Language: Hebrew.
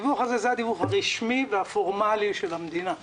זה הדיווח הרשמי והפורמלי של המדינה.